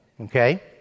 okay